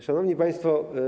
Szanowni Państwo!